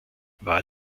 war